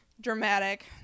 dramatic